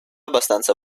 abbastanza